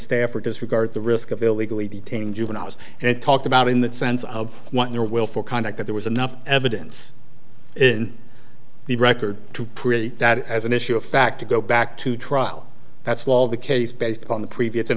staff or disregard the risk of illegally detaining juveniles and it talked about in that sense of what your willful conduct that there was enough evidence in the record to pre that as an issue of fact to go back to trial that's all the case based on the previous in